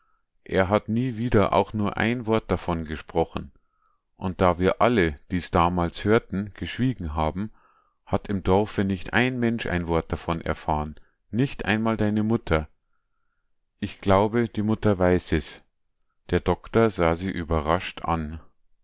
er hat nie wieder auch nur ein wort davon gesprochen und da wir alle die s damals hörten geschwiegen haben hat im dorfe nicht ein mensch ein wort davon erfahren nicht einmal deine mutter ich glaube die mutter weiß es der doktor sah sie überrascht an